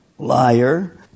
Liar